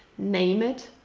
name it.